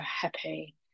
happy